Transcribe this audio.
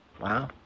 Wow